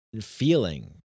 feeling